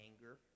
anger